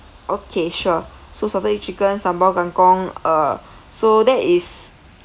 okay sure so salted egg chicken sambal kangkong uh so there is